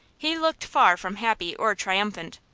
he looked far from happy or triumphant.